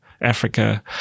Africa